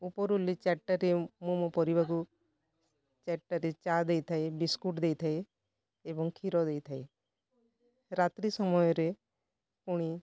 ଓଭରାଲି ଚାରିଟାରେ ମୁଁ ମୋ ପରିବାରକୁ ଚାରିଟାରେ ଚା ଦେଇଥାଏ ବିସ୍କୁଟ୍ ଦେଇଥାଏ ଏବଂ କ୍ଷୀର ଦେଇଥାଏ ରାତ୍ରି ସମୟରେ ପୁଣି